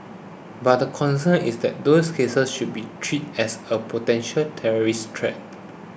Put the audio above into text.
but the concern is that those cases should be treated as a potential terrorist threat